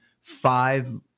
five